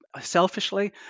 selfishly